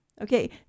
Okay